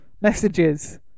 messages